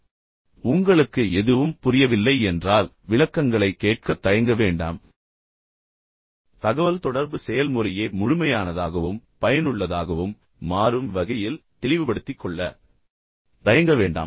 விளக்கங்களைத் தேடுங்கள் உங்களுக்கு எதுவும் புரியவில்லை என்றால் விளக்கங்களைக் கேட்கத் தயங்க வேண்டாம் தகவல்தொடர்பு செயல்முறையே முழுமையானதாகவும் பயனுள்ளதாகவும் மாறும் வகையில் தெளிவுபடுத்திக் கொள்ள தயங்க வேண்டாம்